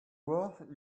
worth